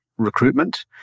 recruitment